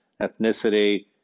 ethnicity